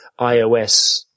iOS